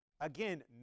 again